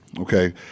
okay